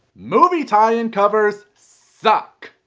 movie tie in covers suck.